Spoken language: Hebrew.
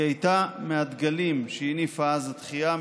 היא הייתה מהדגלים שהניפה אז התחיה,